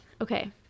okay